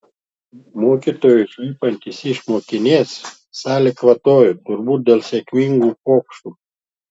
mokytojui šaipantis iš mokinės salė kvatoja turbūt dėl sėkmingų pokštų